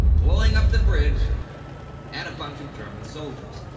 blowing up the bridge and a bunch of german soldiers.